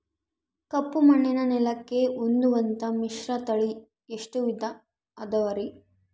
ಕಪ್ಪುಮಣ್ಣಿನ ನೆಲಕ್ಕೆ ಹೊಂದುವಂಥ ಮಿಶ್ರತಳಿ ಎಷ್ಟು ವಿಧ ಅದವರಿ?